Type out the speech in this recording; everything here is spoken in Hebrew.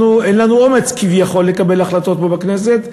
אין לנו אומץ, כביכול, לקבל החלטות פה, בכנסת.